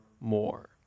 more